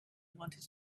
wanted